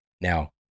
now